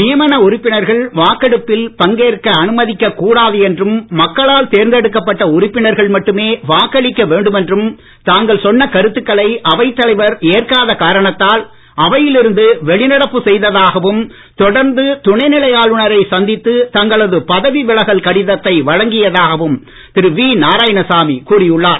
நியமன உறுப்பினர்கள் வாக்கெடுப்பில் பங்கேற்க அனுமதிக்க கூடாது என்றும் மக்களால் தேர்ந்தெடுக்கப்பட்ட உறுப்பினர்கள் மட்டுமே வாக்களிக்க வேண்டும் என்றும் தாங்கள் சொன்ன கருத்துக்களை அவைத் தலைவர் ஏற்காத காரணத்தால் அவையில் இருந்து வெளிநடப்பு செய்ததாகவும் தொடர்ந்து துணை நிலை ஆளுநரை சந்தித்து தங்களது பதவி விலகல் கடிதத்தை வழங்கியதாகவும் திரு வி நாராயணசாமி கூறி உள்ளார்